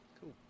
Cool